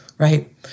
right